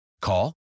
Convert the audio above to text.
Call